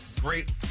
Great